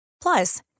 Plus